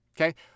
Okay